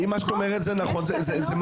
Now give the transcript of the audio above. אם מה שאת אומרת זה נכון, זה מדהים.